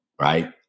Right